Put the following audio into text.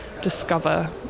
discover